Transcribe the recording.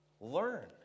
learn